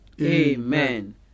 Amen